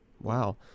Wow